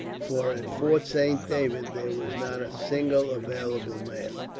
for at fort saint david there was not a single available man.